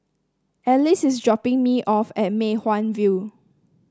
Alexys is dropping me off at Mei Hwan View